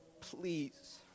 please